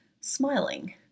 smiling